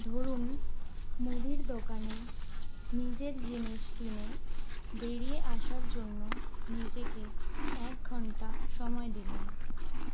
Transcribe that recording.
ধরুন মুদির দোকানে নিজের জিনিস কিনে বড়িয়ে আসার জন্য নিজেকে এক ঘন্টা সময় দিলেন